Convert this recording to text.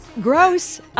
Gross